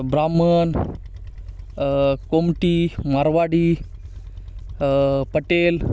Brahmin Komati Marwari Patel